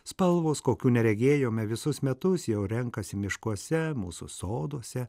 spalvos kokių neregėjome visus metus jau renkasi miškuose mūsų soduose